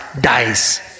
dies